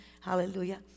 Hallelujah